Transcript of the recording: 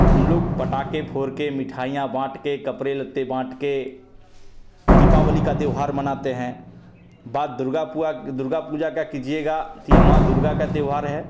हम लोग पटाख़े फोड़के मिठाइयाँ बाँटके कपड़े लत्ते बाँटके दीपावली का त्यौहार मनाते हैं बात दुर्गा पूआ दुर्गा पूजा का कीजिएगा त ये माँ दुर्गा का त्यौहार है